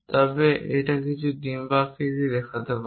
তবে এটি কিছুটা ডিম্বাকৃতি দেখাতে পারে